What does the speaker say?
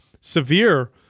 severe